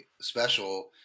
special